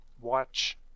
watch